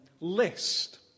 list